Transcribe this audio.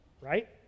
Right